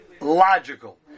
logical